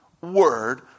word